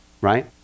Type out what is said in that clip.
right